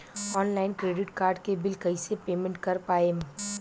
Online credit card के bill कइसे payment कर पाएम?